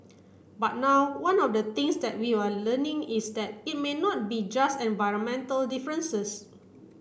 but now one of the things that we are learning is that it may not be just environmental differences